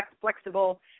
flexible